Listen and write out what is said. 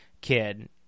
kid